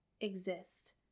exist